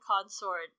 consort